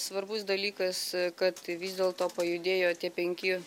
svarbus dalykas kad tai vis dėlto pajudėjo tie penki